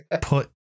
put